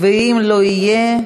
ואם לא יהיה,